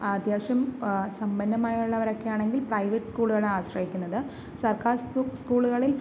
അത്യാവശ്യം സമ്പന്നമായുള്ളവരൊക്കെ ആണെങ്കിൽ പ്രൈവറ്റ് സ്കൂളുകളെ ആശ്രയിക്കുന്നത് സർക്കാർ സ്കൂളുകളിൽ